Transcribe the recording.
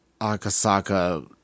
Akasaka